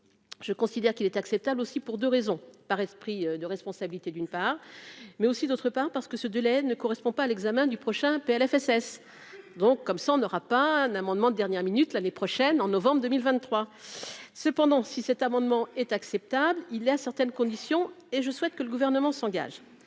je considère qu'il est acceptable aussi pour 2 raisons, par esprit de responsabilité, d'une part mais aussi d'autre part parce que ce délai ne correspond pas à l'examen du prochain Plfss donc comme ça on aura pas un amendement de dernière minute, l'année prochaine en novembre 2023 cependant, si cet amendement est acceptable, il est à certaines conditions et je souhaite que le gouvernement s'engage